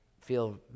feel